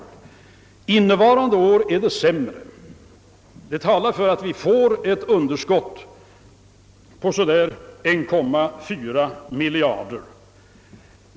Under innevarande budgetår är läget sämre. Vi får troligen ett underskott på cirka 1,4 miljard.